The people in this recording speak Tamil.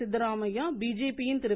சித்தராமைய்யா பிஜேபி யின் திரு